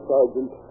Sergeant